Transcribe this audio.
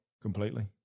completely